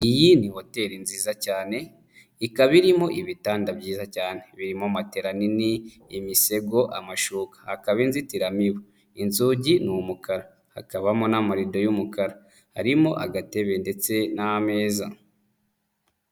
Iyi ni hoteli nziza cyane, ikaba irimo ibitanda byiza cyane. birimo matela nini, imisego, amashuka. Hakaba inzitiramibu, inzugi ni umukara. Hakabamo n'amarido y'umukara. Harimo agatebe ndetse n'ameza.